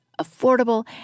affordable